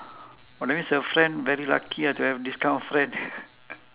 oh that means her friend very lucky ah to have this kind of friend